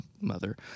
mother